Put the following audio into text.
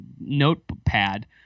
notepad